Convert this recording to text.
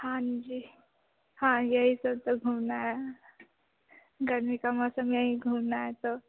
हाँ जी हाँ यही सब तो घूमना है गर्मी का मौसम यहीं घूमना है तो